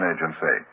Agency